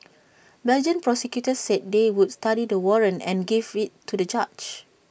Belgian prosecutors said they would study the warrant and give IT to A judge